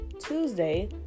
tuesday